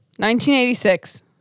1986